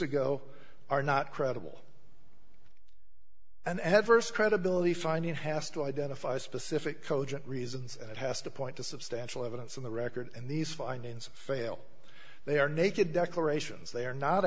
ago are not credible and adverse credibility finding has to identify specific cogent reasons and it has to point to substantial evidence in the record and these findings fail they are naked declarations they are not